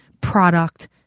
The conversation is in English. product